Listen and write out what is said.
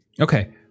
Okay